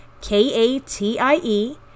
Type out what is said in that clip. K-A-T-I-E